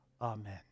Amen